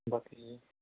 ਬਾਕੀ